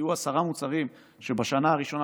יהיו עשרה מוצרים שבשנה הראשונה,